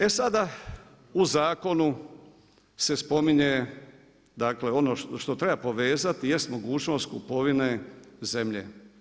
E sada, u zakonu se spominje dakle ono što treba povezati jest mogućnost kupovine zemlje.